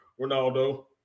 Ronaldo